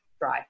dry